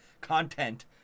content